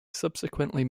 subsequently